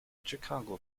chicago